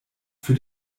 für